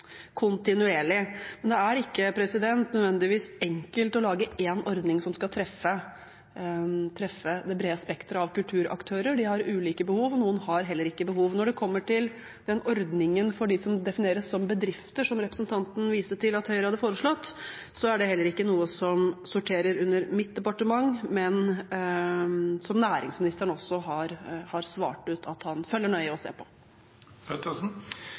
kontinuerlig. Men det er ikke nødvendigvis enkelt å lage én ordning som skal treffe det brede spekteret av kulturaktører. De har ulike behov, noen har heller ikke behov. Når det kommer til den ordningen for dem som defineres som bedrifter, som representanten viste til at Høyre har foreslått, er det heller ikke noe som sorterer under mitt departement, men det er noe som næringsministeren har svart ut at han følger nøye og